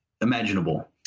imaginable